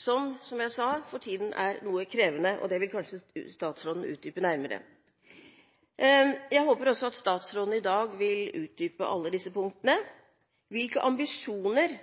som, slik jeg sa, for tiden er noe krevende, og det vil kanskje statsråden utdype nærmere. Jeg håper også at statsråden i dag vil utdype alle disse punktene. Hvilke ambisjoner